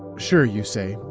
sure, you say,